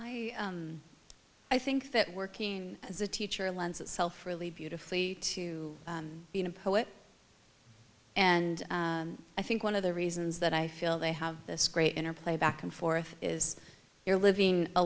a i think that working as a teacher lends itself really beautifully to being a poet and i think one of the reasons that i feel they have this great interplay back and forth is you're living a